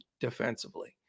defensively